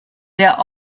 der